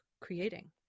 creating